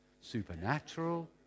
Supernatural